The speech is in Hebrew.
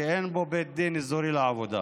שאין בו בית דין אזורי לעבודה.